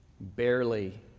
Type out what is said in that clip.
barely